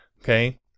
Okay